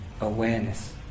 awareness